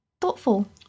thoughtful